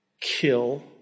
kill